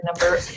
number